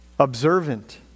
Observant